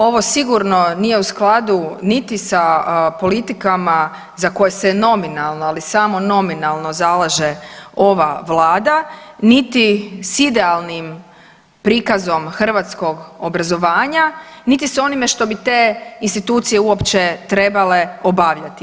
Ovo sigurno nije u skladu niti sa politikama za koje se nominalno, ali samo nominalno zalaže ova Vlada niti s idealnim prikazom hrvatskog obrazovanja niti s onime što bi te institucije uopće trebale obavljati.